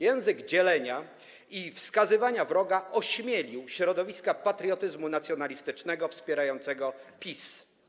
Język dzielenia i wskazywania wroga ośmielił środowiska patriotyzmu nacjonalistycznego wspierającego PiS.